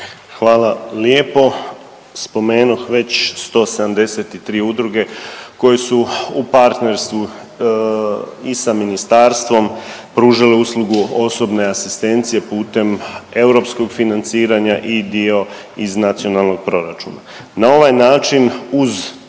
Hvala lijepo. Spomenuh već 173 udruge koje su u partnerstvu i sa ministarstvom pružali uslugu osobne asistencije putem europskog financiranja i dio iz nacionalnog proračuna.